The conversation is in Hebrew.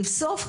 לבסוף,